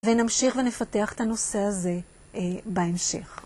ונמשיך ונפתח את הנושא הזה בהמשך.